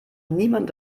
niemand